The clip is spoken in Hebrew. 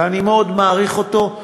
ואני מאוד מעריך אותו,